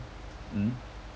mm